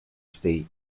state